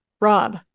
Rob